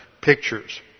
pictures